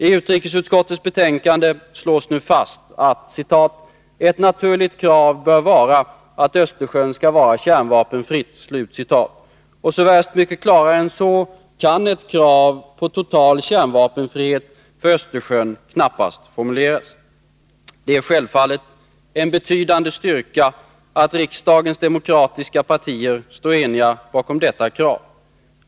I utrikesutskottets betänkande slås nu följande fast: ”Ett naturligt krav i sammanhanget bör vara att Östersjön skall vara kärnvapenfritt.” Värst mycket klarare än så kan ett krav på total kärnvapenfrihet för Östersjön knappast formuleras. Det är självfallet en betydande styrka att riksdagens demokratiska partier står eniga bakom detta krav.